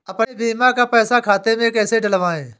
अपने बीमा का पैसा खाते में कैसे डलवाए?